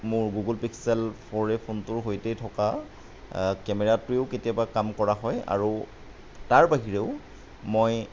মোৰ Google Pixel four A ফোনটোৰ সৈতে থকা কেমেৰাটোৱেও কেতিয়াবা কাম কৰা হয় আৰু তাৰ বাহিৰেও মই